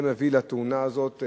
וזה מביא לתאונה הזאת,